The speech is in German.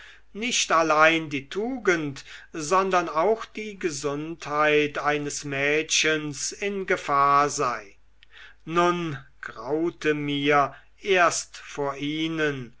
nicht allein die tugend sondern auch die gesundheit eines mädchens in gefahr sei nun graute mir erst vor ihnen